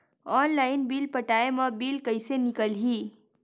Online bill पटाय मा bill कइसे निकलही?